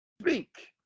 speak